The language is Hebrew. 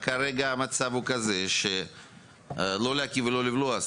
רק המצב כרגע הוא לא להקיא ולא לבלוע.